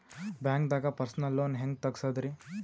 ಬ್ಯಾಂಕ್ದಾಗ personal loan ಹೆಂಗ್ ತಗ್ಸದ್ರಿ?